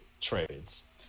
trades